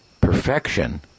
perfection